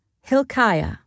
Hilkiah